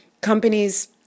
Companies